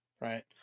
right